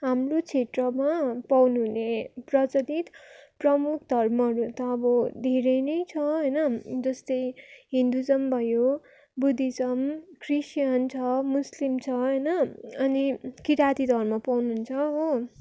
हाम्रो क्षेत्रमा पाउनु हुने प्रचलित प्रमुख धर्महरू त अब धेरै नै छ होइन जस्तै हिन्दुजम् भयो बुद्धिजम् क्रिस्चियन छ मुस्लिम छ होइन अनि किराती धर्म पाउनु हुन्छ हो